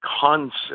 concept